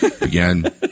again